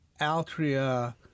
Altria